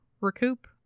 recoup